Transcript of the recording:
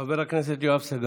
חבר הכנסת יואב סגלוביץ',